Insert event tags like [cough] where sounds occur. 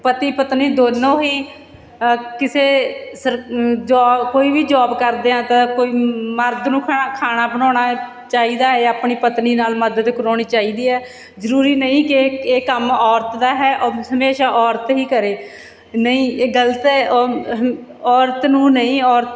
ਪਤੀ ਪਤਨੀ ਦੋਨੋਂ ਹੀ ਕਿਸੇ ਸਰ ਜੋ ਕੋਈ ਵੀ ਜੋਬ ਕਰਦੇ ਹਾਂ ਤਾਂ ਕੋਈ ਮਰਦ ਨੂੰ ਖਾਣਾ ਖਾਣਾ ਚਾਹੀਦਾ ਹੈ ਆਪਣੀ ਪਤਨੀ ਨਾਲ ਮਦਦ ਕਰਵਾਉਣੀ ਚਾਹੀਦੀ ਹੈ ਜ਼ਰੂਰੀ ਨਹੀਂ ਕਿ ਇਹ ਇਹ ਕੰਮ ਔਰਤ ਦਾ ਹੈ ਹਮੇਸ਼ਾ ਔਰਤ ਹੀ ਕਰੇ ਨਹੀਂ ਇਹ ਗਲਤ ਹੈ [unintelligible] ਔਰਤ ਨੂੰ ਨਹੀਂ ਔਰ